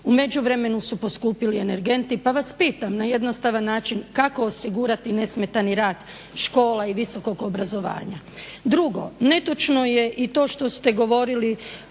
U međuvremenu su poskupili energenti, pa vas pitam na jednostavan način kako osigurati nesmetani rad škola i visokog obrazovanja. Drugo, netočno je i to što ste govorili